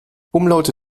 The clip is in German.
umlaute